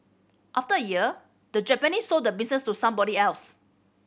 after a year the Japanese sold the business to somebody else